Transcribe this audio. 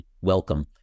welcome